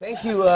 thank you.